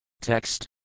Text